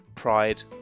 pride